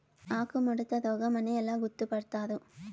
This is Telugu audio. ఆకుముడత రోగం అని ఎలా గుర్తుపడతారు?